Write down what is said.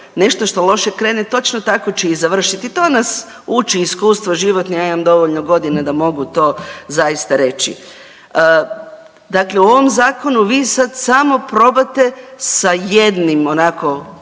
Nešto što loše krene točno tako će i završiti. To nas uči iskustvo životno, ja imam dovoljno godina da mogu to zaista reći. Dakle, u ovom zakonu vi sad samo probate sa jednim onako,